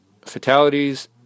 fatalities